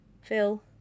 Phil